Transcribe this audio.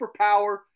superpower